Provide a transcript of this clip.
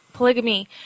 Polygamy